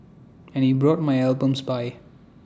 and he brought my albums by